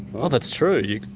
oh, that's true! yeah